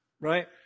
Right